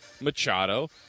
Machado